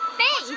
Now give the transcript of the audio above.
thanks